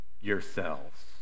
yourselves